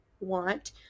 want